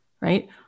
right